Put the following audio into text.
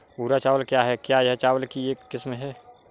भूरा चावल क्या है? क्या यह चावल की एक किस्म है?